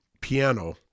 piano